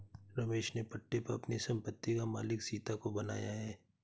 रमेश ने पट्टे पर अपनी संपत्ति का मालिक सीता को बनाया है